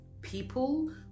people